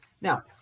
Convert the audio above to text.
Now